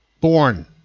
born